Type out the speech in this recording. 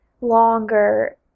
longer